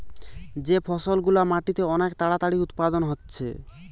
যে ফসল গুলা মাটিতে অনেক তাড়াতাড়ি উৎপাদন হচ্ছে